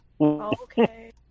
Okay